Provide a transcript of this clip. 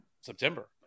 September